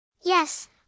Yes